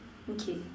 okay